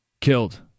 killed